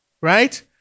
right